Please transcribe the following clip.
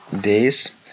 days